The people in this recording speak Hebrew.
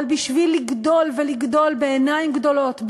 אבל בשביל לגדול ולגדול בעיניים גדולות,